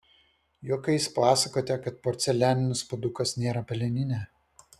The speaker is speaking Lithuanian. juokais pasakote kad porcelianinis puodukas nėra peleninė